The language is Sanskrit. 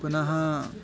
पुनः